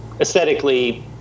aesthetically